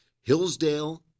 hillsdale